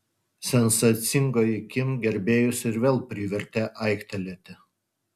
sensacingoji kim gerbėjus ir vėl privertė aiktelėti